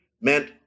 meant